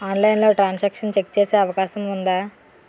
ఆన్లైన్లో transaction check చేసే అవకాశం ఉందా?